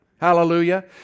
Hallelujah